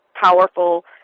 powerful